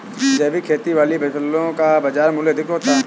जैविक खेती वाली फसलों का बाज़ार मूल्य अधिक होता है